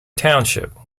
township